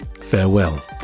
farewell